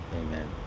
Amen